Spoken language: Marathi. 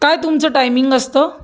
काय तुमचं टायमिंग असतं